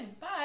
Bye